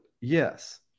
Yes